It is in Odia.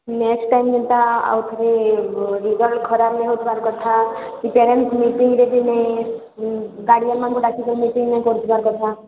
ନେଷ୍ଟ୍ ଟାଇମ୍ ଯେନ୍ତା ଆଉ ଥରେ ରେଜଲ୍ଟ ଖରାପ ନାଇଁ ହୋଉଥିବାର କଥା ପାରେଣ୍ଟ୍ ମିଟିଙ୍ଗ୍ ରେ ନେଇ ଗାଡ଼ିଆର୍ନମାନଙ୍କୁ ଡାକି କରି ମିଟିଙ୍ଗ୍ ନାଇଁ କରୁଥିବା କଥା